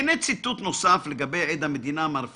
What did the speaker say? והנה ציטוט נוסף לגבי עד המדינה מר פילבר,